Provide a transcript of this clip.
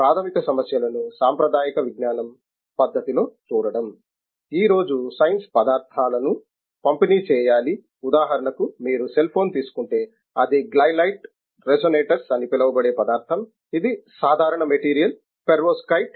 ప్రాథమిక సమస్యల ను సాంప్రదాయిక విజ్ఞానం పద్ధతిలో చూడడం ఈ రోజు సైన్స్ పదార్థాల ను పంపిణీ చేయాలి ఉదాహరణకు మీరు సెల్ ఫోన్ తీసుకుంటే అది గ్లైలైట్ రెసొనేటర్స్ అని పిలువబడే పదార్థం ఇది సాధారణ మెటీరియల్ పెర్వోస్కైట్